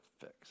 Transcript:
fix